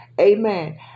Amen